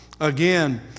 again